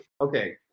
Okay